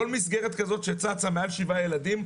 כל מסגר כזאת שצצה עם מעל שבעה ילדים,